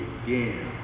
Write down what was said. again